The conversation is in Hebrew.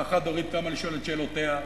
והחד-הורית קמה לשאול את שאלותיה,